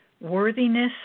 worthiness